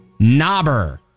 knobber